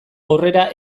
aurrera